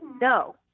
no